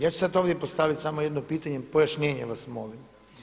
Ja ću sada ovdje postaviti samo jedno pitanje, pojašnjenje vas molim.